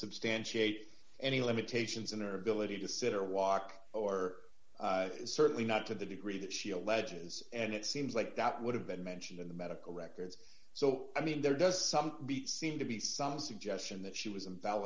substantiate any limitations in their ability to sit or walk or certainly not to the degree that she alleges and it seems like that would have been mentioned in the medical records so i mean there does something seem to be some suggestion that she was a